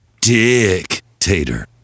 Dictator